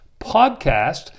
podcast